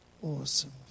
awesome